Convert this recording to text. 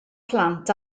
plant